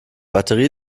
batterie